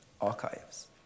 archives